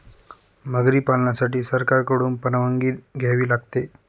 मगरी पालनासाठी सरकारकडून परवानगी घ्यावी लागते